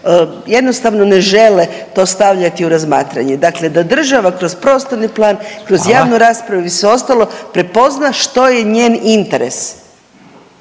jednostavno ne žele to stavljati u razmatranje, dakle da država kroz prostorni plan…/Upadica Radin: Hvala/…kroz javnu raspravu i sve ostalo prepozna što je njen interes.